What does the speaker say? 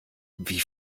wie